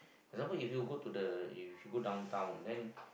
example if you go to the if you go downtown then